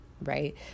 right